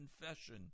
confession